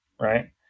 right